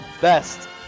best